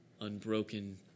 unbroken